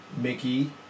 Mickey